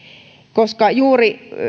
koska juuri